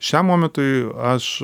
šiam momentui aš